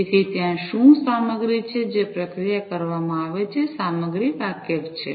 તેથી ત્યાં શું સામગ્રી છે જે પ્રક્રિયા કરવામાં આવે છે સામગ્રી વાકેફ છે